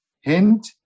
hint